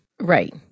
right